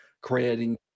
creating